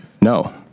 No